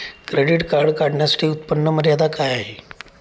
Credit card काढण्यासाठी उत्पन्न मर्यादा काय आहे?